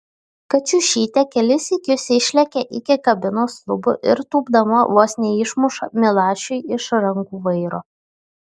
kačiušytė kelis sykius išlekia iki kabinos lubų ir tūpdama vos neišmuša milašiui iš rankų vairo